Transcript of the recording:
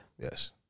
Yes